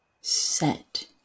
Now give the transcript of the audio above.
set